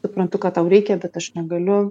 suprantu kad tau reikia bet aš negaliu